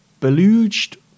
beluged